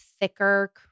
thicker